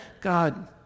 God